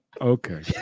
Okay